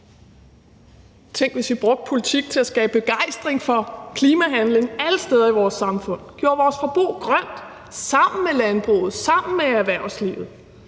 Tænk, hvis vi brugte politik til at skabe begejstring for klimahandling alle steder i vores samfund og gjorde vores forbrug grønt sammen med landbruget, sammen med erhvervslivet.